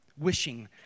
wishing